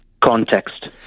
context